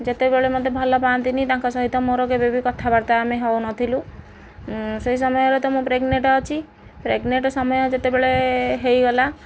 ଯେତେବେଳେ ମୋତେ ଭଲ ପାଆନ୍ତିନି ତାଙ୍କ ସହିତ ମୋର କେବେବି କଥାବାର୍ତ୍ତା ଆମେ ହେଉନଥିଲୁ ସେହି ସମୟରେ ତ ମୁଁ ପ୍ରେଗନେନ୍ଟ୍ ଅଛି ପ୍ରେଗନେନ୍ଟ୍ ସମୟ ଯେତେବେଳେ ହୋଇଗଲା